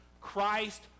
Christ